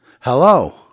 Hello